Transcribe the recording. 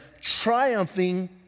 triumphing